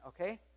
okay